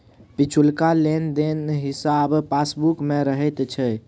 पिछुलका लेन देनक हिसाब पासबुक मे रहैत छै